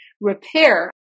repair